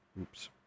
Oops